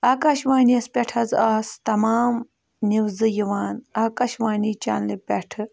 آکاش وانیَس پٮ۪ٹھ حظ آسہٕ تمام نِوزٕ یِوان آکاش وانی چنلہِ پٮ۪ٹھٕ